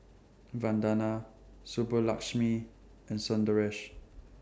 Vandana Subbulakshmi and Sundaresh